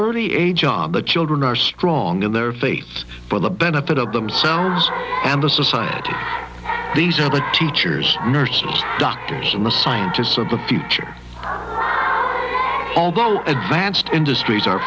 early age on the children are strong in their fates for the benefit of themselves and the society these are the teachers nurses doctors and the scientists of the future although advanced industries are